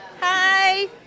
Hi